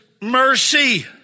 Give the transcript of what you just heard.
mercy